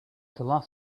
going